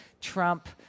Trump—